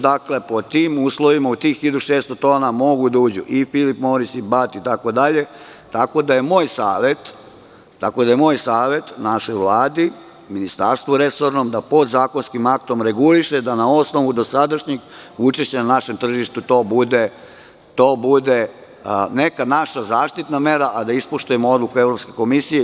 Dakle, pod tim uslovima, po tih 1.600 tona mogu da uđu i „Filip moris“ i „BAT“ itd, tako da je moj savet našoj Vladi, resornom ministarstvu, da podzakonskim aktom reguliše da na osnovu dosadašnjih učešća na našem tržištu to bude neka naša zaštitna mera, a da ispoštujemo odluku Evropske komisije.